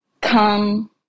come